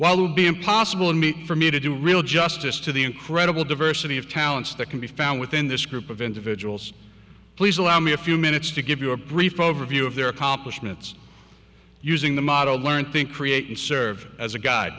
will be impossible for me to do real justice to the incredible diversity of talents that can be found within this group of individuals please allow me a few minutes to give you a brief overview of their accomplishments using the model learned think create and serve as a gu